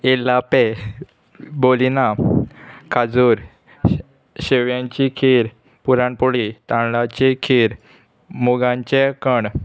एल्लापे बोलिना काजूर शेव्यांची खीर पुराणपोळी तांदळाची खीर मुगांचे कण